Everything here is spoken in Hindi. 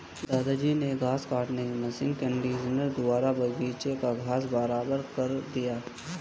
दादाजी ने घास काटने की मशीन कंडीशनर द्वारा बगीची का घास बराबर कर दिया